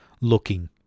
looking